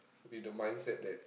with the mindset that